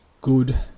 good